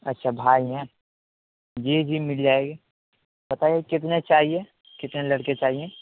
اچھا بھائی ہیں جی جی مل جائے گی بتائیے کتنے چاہیے کتنے لڑکے چاہئیں